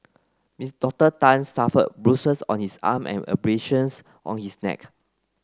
Miss Doctor Tan suffered bruises on his arm and abrasions on his neck